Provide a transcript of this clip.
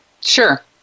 Sure